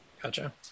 Gotcha